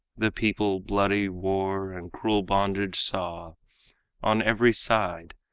the people bloody war and cruel bondage saw on every side,